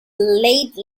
late